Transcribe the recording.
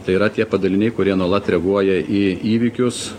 tai yra tie padaliniai kurie nuolat reaguoja į įvykius